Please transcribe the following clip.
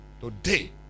today